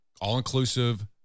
All-inclusive